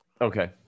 Okay